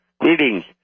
Greetings